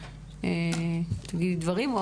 אני אשמח שתגידי דברים,